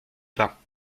pain